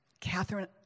Catherine